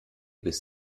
bis